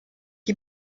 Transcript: die